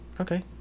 Okay